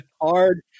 hard